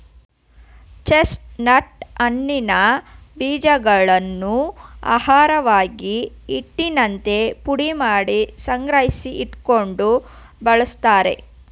chestnut ಹಣ್ಣಿನ ಬೀಜಗಳನ್ನು ಆಹಾರಕ್ಕಾಗಿ, ಹಿಟ್ಟಿನಂತೆ ಪುಡಿಮಾಡಿ ಸಂಗ್ರಹಿಸಿ ಇಟ್ಟುಕೊಂಡು ಬಳ್ಸತ್ತರೆ